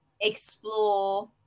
explore